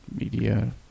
Media